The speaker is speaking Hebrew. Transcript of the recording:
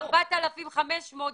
עכשיו 4,500,